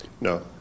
No